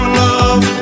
love